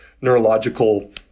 neurological